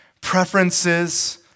preferences